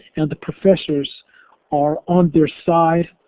and the professors are on their side,